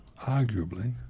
arguably